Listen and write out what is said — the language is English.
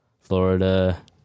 florida